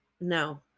No